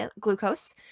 glucose